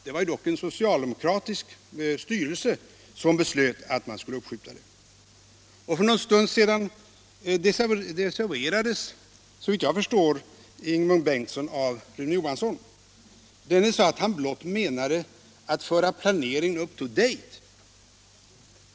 Det var dock en socialdemokratisk styrelse som beslöt om detta. För en stund sedan desavouerades såvitt jag förstår Ingemund Bengtsson av Rune Johansson, som sade att han blott menade att föra planeringen up to date.